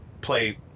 play